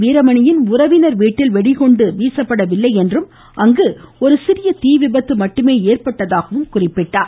வீரமணியின் உறவினர் வீட்டில் வெடிகுண்டு வீசப்படவில்லை என்றும் அங்கு ஒரு சிறிய தீவிபத்து மட்டுமே ஏற்பட்டதாகவும் குறிப்பிட்டார்